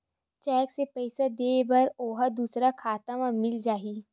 Cheque से पईसा दे बर ओहा दुसर खाता म मिल जाही?